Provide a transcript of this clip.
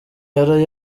yari